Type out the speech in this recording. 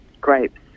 grapes